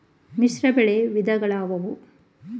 ಮಿಶ್ರಬೆಳೆ ವಿಧಗಳಾವುವು?